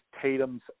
Tatum's